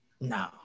No